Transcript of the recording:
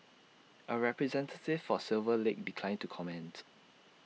A representative for silver lake declined to comment